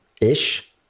ish